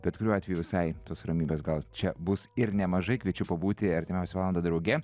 bet kuriuo atveju visai tos ramybės gal čia bus ir nemažai kviečiu pabūti artimiausią valandą drauge